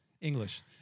English